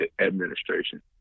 administration